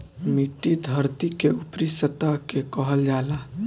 मिट्टी धरती के ऊपरी सतह के कहल जाला